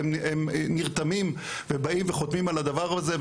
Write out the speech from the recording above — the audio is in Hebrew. והם נרתמים ובאים וחותמים על הדבר הזה,